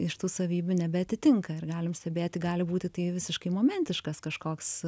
iš tų savybių nebeatitinka ir galim stebėti gali būti tai visiškai momentiškas kažkoks